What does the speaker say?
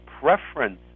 preference